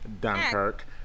Dunkirk